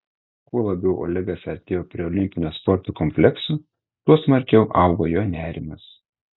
kuo labiau olegas artėjo prie olimpinio sporto komplekso tuo smarkiau augo jo nerimas